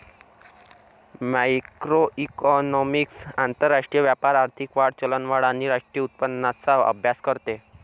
macroeconomics आंतरराष्ट्रीय व्यापार, आर्थिक वाढ, चलनवाढ आणि राष्ट्रीय उत्पन्नाचा अभ्यास करते